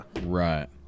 right